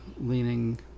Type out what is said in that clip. leaning